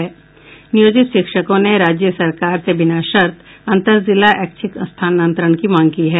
नियोजित शिक्षकों ने राज्य सरकार से बिना शर्त अन्तर जिला ऐच्छिक स्थानांतरण की मांग की है